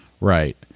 right